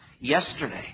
Yesterday